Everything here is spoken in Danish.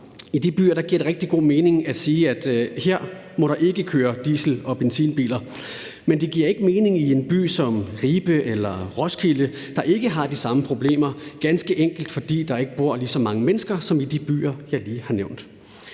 I de byer giver det rigtig god mening at sige, at her må der ikke køre diesel- og benzinbil, men det giver ikke mening i en by som Ribe eller Roskilde, der ikke har de samme problemer, ganske enkelt fordi der ikke bor lige så mange mennesker som i de byer, jeg lige har nævnt.